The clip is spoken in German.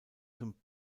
zum